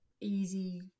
easy